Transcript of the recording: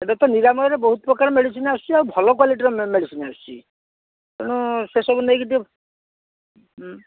ଏବେ ତ ନିରାମୟରେ ବହୁତ ପ୍ରକାର ମେଡ଼ିସିନ୍ ଆସୁଚି ଆଉ ଭଲ କ୍ୱାଲିଟର ମେଡ଼ିସିନ୍ ଆସୁଛି ତେଣୁ ସେସବୁ ନେଇକି ଟିକିଏ